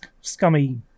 scummy